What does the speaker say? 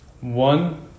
One